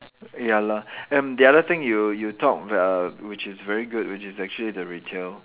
ya lah and the other thing you you talk uh which is very good which is actually the retail